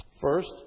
First